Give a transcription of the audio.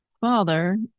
father